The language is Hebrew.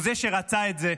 הוא זה שרצה את זה.